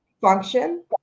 function